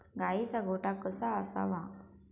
गाईचा गोठा कसा असावा?